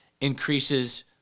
increases